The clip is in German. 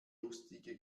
lustige